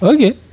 Okay